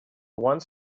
once